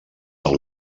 del